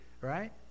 right